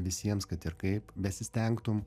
visiems kad ir kaip besistengtum